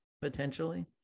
potentially